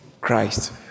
Christ